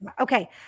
Okay